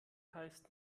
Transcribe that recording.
heißt